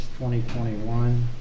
2021